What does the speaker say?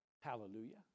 hallelujah